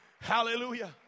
Hallelujah